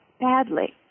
badly